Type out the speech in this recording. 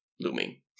looming